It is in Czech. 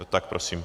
Tak prosím.